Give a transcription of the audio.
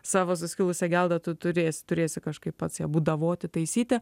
savo suskilusią geldą tu turėsi turėsi kažkaip pats ją būdavoti taisyti